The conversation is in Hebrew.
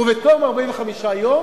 ובתום 45 יום